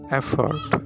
effort